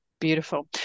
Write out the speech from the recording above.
Beautiful